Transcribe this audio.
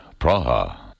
Praha